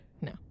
No